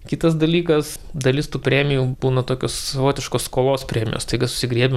kitas dalykas dalis tų premijų būna tokios savotiškos skolos premijos staiga susigriebiam